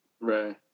Right